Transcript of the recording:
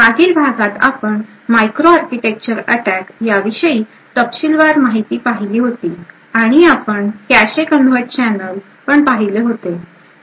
मागील भागात आपण मायक्रो आर्किटेक्चर अटॅक याविषयी तपशीलवार माहिती पाहिली होती आणि आपण कॅशे कन्व्हर्ट चॅनल पण पाहिले होते